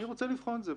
אני רוצה לבחון את זה.